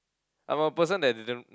I'm a person that didn't